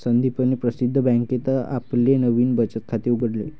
संदीपने प्रसिद्ध बँकेत आपले नवीन बचत खाते उघडले